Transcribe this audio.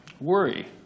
Worry